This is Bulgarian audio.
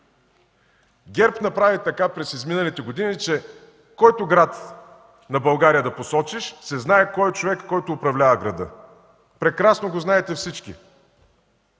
ГЕРБ направи така през изминалите години, че който град на България да посочиш, се знае кой е човекът, който управлява града. Прекрасно го знаете всички.